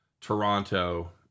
Toronto